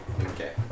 okay